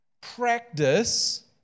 practice